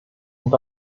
und